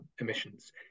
emissions